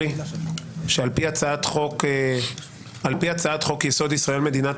על פי הצעת חוק-יסוד: ישראל מדינת